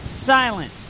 silence